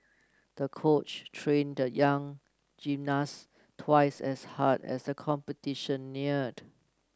the coach trained the young gymnast twice as hard as the competition neared